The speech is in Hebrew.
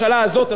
אדוני השר,